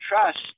trust